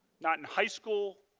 not in high school,